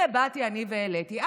באתי אני והעליתי.